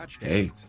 hey